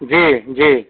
जी जी